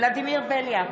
ולדימיר בליאק,